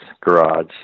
garage